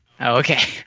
okay